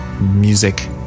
music